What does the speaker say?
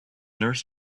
nurse